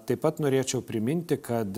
taip pat norėčiau priminti kad